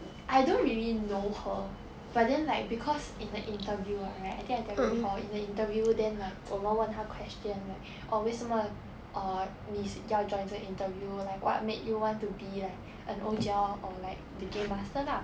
I don't really know her but then like because in the interview [what] right I think I tell you before in the interview then like 我们问他 question right orh 为什么你要 join 这个 interview like what made you want to be like an O_G_L or like the game master lah